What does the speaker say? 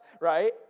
Right